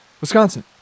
Wisconsin